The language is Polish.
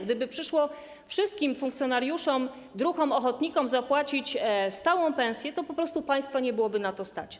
Gdyby przyszło wszystkim funkcjonariuszom, druhom ochotnikom zapłacić stałą pensję, to po prostu państwa nie byłoby na to stać.